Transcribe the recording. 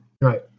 Right